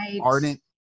ardent